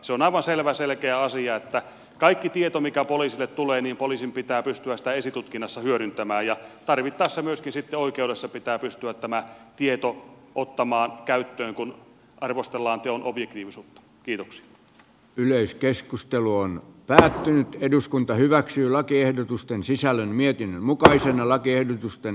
se on aivan selkeä asia että kaikkea tietoa mikä poliisille tulee poliisin pitää pystyä esitutkinnassa hyödyntämään ja tarvittaessa myöskin sitten oikeudessa pitää pystyä tämä tieto ottamaan käyttöön kun arvostellaan teon objektiivisuutta kirous yleiskeskustelu on päättynyt eduskunta hyväksyy lakiehdotusten sisällön mietinnön mukaisena lakiehdotusten